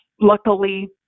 luckily